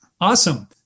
Awesome